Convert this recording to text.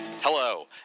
Hello